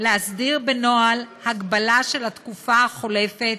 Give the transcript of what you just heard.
להסדיר בנוהל הגבלה של התקופה החולפת